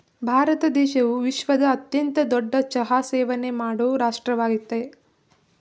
ಭಾರತ ದೇಶವು ವಿಶ್ವದ ಅತ್ಯಂತ ದೊಡ್ಡ ಚಹಾ ಸೇವನೆ ಮಾಡೋ ರಾಷ್ಟ್ರವಾಗಯ್ತೆ